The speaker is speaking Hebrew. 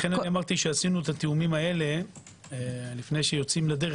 לכן אמרתי שעשינו את התיאומים האלה לפני שיוצאים לדרך,